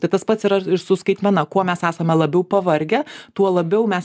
tai tas pats yra ir su skaitmena kuo mes esame labiau pavargę tuo labiau mes